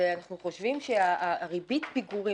ואנחנו חושבים שריבית הפיגורים